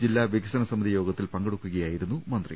ജില്ലാ വിക സന സമിതി യോഗത്തിൽ പങ്കെടുക്കുകയായിരുന്നു മന്ത്രി